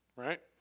right